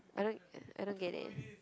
I don't I don't get it